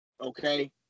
Okay